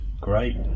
great